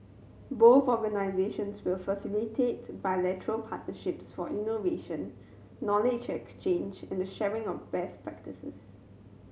both organisations will facilitate bilateral partnerships for innovation knowledge exchange and sharing of best practices